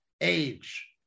age